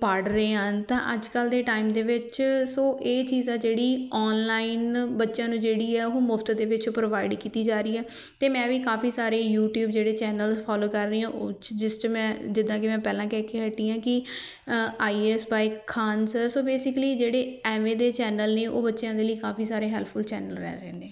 ਪੜ੍ਹ ਰਹੇ ਆ ਤਾਂ ਅੱਜ ਕੱਲ੍ਹ ਦੇ ਟਾਈਮ ਦੇ ਵਿੱਚ ਸੋ ਇਹ ਚੀਜ਼ਾਂ ਜਿਹੜੀ ਔਨਲਾਈਨ ਬੱਚਿਆਂ ਨੂੰ ਜਿਹੜੀ ਹੈ ਉਹ ਮੁਫਤ ਦੇ ਵਿੱਚ ਪ੍ਰੋਵਾਈਡ ਕੀਤੀ ਜਾ ਰਹੀ ਹੈ ਅਤੇ ਮੈਂ ਵੀ ਕਾਫੀ ਸਾਰੇ ਯੂਟਿਊਬ ਜਿਹੜੇ ਚੈਨਲ ਫੋਲੋ ਕਰ ਰਹੀ ਹਾਂ ਉਹ 'ਚ ਜਿਸ 'ਚ ਮੈਂ ਜਿੱਦਾਂ ਕਿ ਮੈਂ ਪਹਿਲਾਂ ਕਹਿ ਕੇ ਹਟੀ ਹਾਂ ਕਿ I A S by Khan sir so basically ਜਿਹੜੇ ਇਵੇਂ ਦੇ ਚੈਨਲ ਨੇ ਉਹ ਬੱਚਿਆਂ ਦੇ ਲਈ ਕਾਫੀ ਸਾਰੇ ਹੈਲਪਫੁਲ ਚੈਨਲ ਰਹਿ ਰਹੇ ਨੇ